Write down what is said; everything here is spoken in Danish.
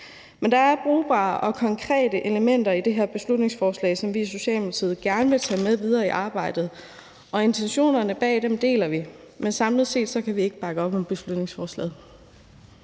Men der er brugbare og konkrete elementer i det her beslutningsforslag, som vi i Socialdemokratiet gerne vil tage med videre i arbejdet, og intentionerne bag dem deler vi; men samlet set kan vi ikke bakke op om beslutningsforslaget.